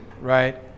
right